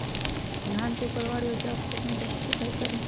धान के ऊपरवार या उचास खेत मे कैसे सिंचाई करें?